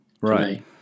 Right